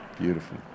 beautiful